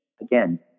Again